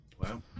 wow